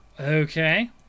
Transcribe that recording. Okay